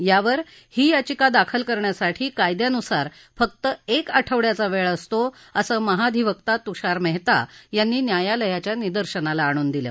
यावर ही याचिका दाखल करण्यासाठी कायद्यानुसार फक्त एक आठवड्याचा वेळ असतो असं महाधिवक्ता तुषार मेहता यांनी न्यायालयाच्या निदर्शनाला आणून दिलं